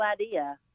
idea